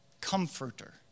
comforter